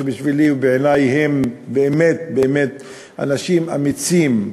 שבשבילי ובעיני הם באמת-באמת אנשים אמיצים,